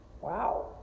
Wow